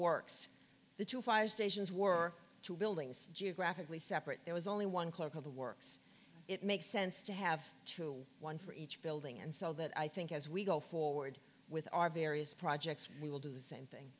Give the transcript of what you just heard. works that you fire stations war two buildings geographically separate there was only one cloak of the works it makes sense to have one for each building and so that i think as we go forward with our various projects we will do the same thing